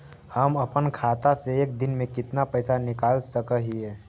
हम अपन खाता से एक दिन में कितना पैसा निकाल सक हिय?